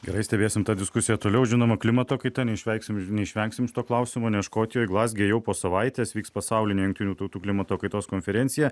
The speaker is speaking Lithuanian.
gerai stebėsim tą diskusiją toliau žinoma klimato kaita neišvengsim neišvengsim šito klausimo nes škotijoj glazge jau po savaitės vyks pasaulinė jungtinių tautų klimato kaitos konferencija